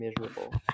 miserable